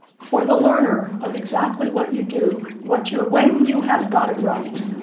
for the learner of exactly what you do what you when you have got it right,